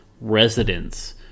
residents